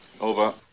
Over